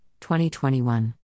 2021